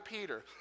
Peter